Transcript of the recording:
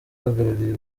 uhagarariye